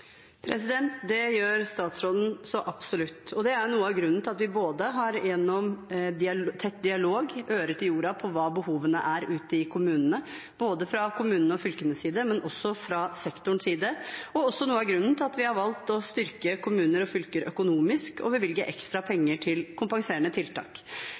Det gjør statsråden så absolutt. Det er noe av grunnen til at vi både – gjennom tett dialog – legger øret til jorden med tanke på hva behovene er ute i kommunene, både fra kommunenes, fylkenes og sektorens side, og har valgt å styrke kommuner og fylker økonomisk og bevilge ekstra penger til kompenserende tiltak.